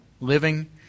Living